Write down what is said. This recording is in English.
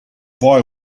boy